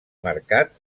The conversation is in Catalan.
marcat